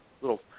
little